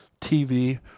TV